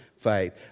faith